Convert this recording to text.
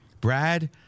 Brad